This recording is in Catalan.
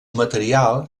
material